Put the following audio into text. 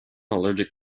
allergic